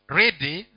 ready